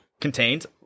contains